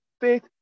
faith